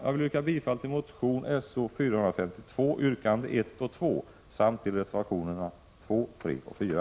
Jag vill yrka bifall till motion §0452 yrkande 1 och 2 samt till reservationerna 2, 3 och 4.